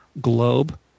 globe